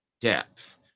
depth